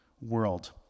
world